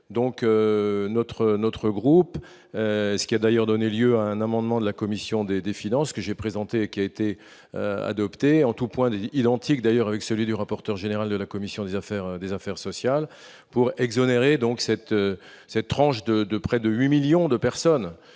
notre, notre groupe, ce qui a d'ailleurs donné lieu à un amendement de la commission des des finances que j'ai présenté, qui a été adoptée en tout points de vue antique d'ailleurs avec celui du rapporteur général de la commission des affaires des Affaires sociales pour exonérer donc cette cette tranche de de près de 8 millions de personnes